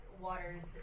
waters